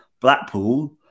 Blackpool